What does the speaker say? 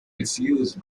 refused